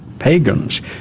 pagans